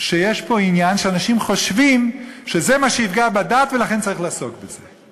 שיש פה עניין שאנשים חושבים שזה מה שיפגע בדת ולכן צריך לעסוק בזה.